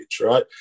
right